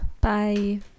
Bye